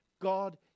God